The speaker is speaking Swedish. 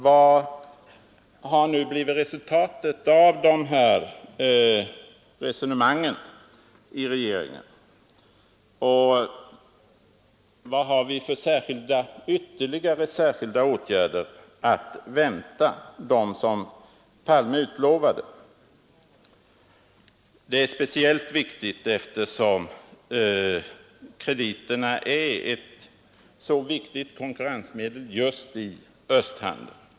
Vad har det nu blivit för resultat av de här resonemangen inom regeringen, och vilka ytterligare särskilda åtgärder har vi att vänta förutom de som statsminister Palme utlovade? Detta är speciellt viktigt eftersom krediterna är ett så betydelsefullt konkurrensmedel när det gäller just östhandeln.